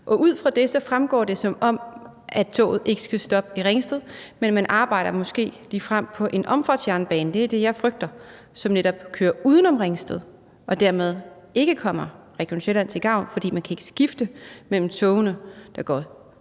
Ud fra det virker det, som om at toget ikke skal stoppe i Ringsted, men at man måske ligefrem arbejder på en omfartsjernbane – det er det, jeg frygter – som netop går uden om Ringsted og dermed ikke kommer Region Sjælland til gavn, fordi man ikke kan skifte mellem togene, der går